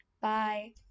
bye